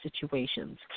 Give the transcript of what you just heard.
situations